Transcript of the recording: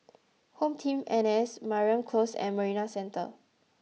Home Team N S Mariam Close and Marina Centre